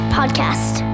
Podcast